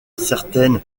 certaines